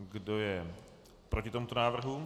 Kdo je proti tomuto návrhu?